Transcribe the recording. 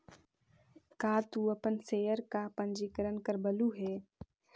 का तू अपन शेयर का पंजीकरण करवलु हे